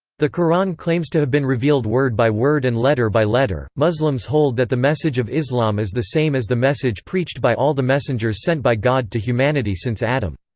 the qur'an claims to have been revealed word by word and letter by letter muslims hold that the message of islam is the same as the message preached by all the messengers sent by god to humanity since adam.